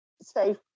safe